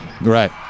right